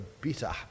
bitter